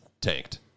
tanked